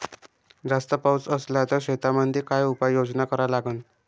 जास्त पाऊस असला त शेतीमंदी काय उपाययोजना करा लागन?